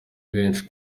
benshi